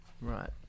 Right